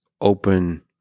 open